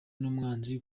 n’umwanzi